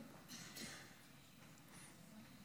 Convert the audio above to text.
מוותר.